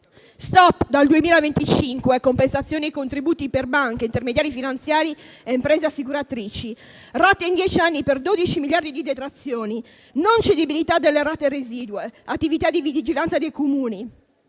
stop dal 2025 a compensazioni e contributi per banche, intermediari finanziari e imprese assicuratrici; rate in dieci anni per 12 miliardi di euro di detrazioni; non cedibilità delle rate residue; attività di vigilanza dei Comuni;